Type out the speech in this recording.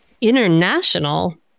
international